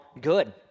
good